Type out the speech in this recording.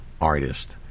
artist